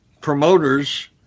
promoters